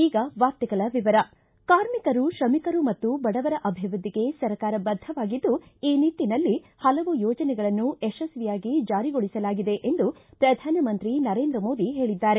ಈಗ ವಾರ್ತೆಗಳ ವಿವರ ಕಾರ್ಮಿಕರು ಶ್ರಮಿಕರು ಮತ್ತು ಬಡವರ ಅಭಿವೃದ್ಧಿಗೆ ಸರ್ಕಾರ ಬದ್ದವಾಗಿದ್ದು ಈ ನಿಟ್ಟನಲ್ಲಿ ಹಲವು ಯೋಜನೆಗಳನ್ನು ಯಶಸ್ವಿಯಾಗಿ ಜಾರಿಗೊಳಿಸಲಾಗಿದೆ ಎಂದು ಪ್ರಧಾನಮಂತ್ರಿ ನರೇಂದ್ರ ಮೋದಿ ಹೇಳಿದ್ದಾರೆ